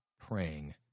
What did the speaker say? praying